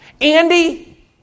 Andy